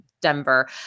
Denver